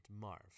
Marv